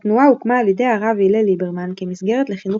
התנועה הוקמה על ידי הרב הלל ליברמן כמסגרת לחינוך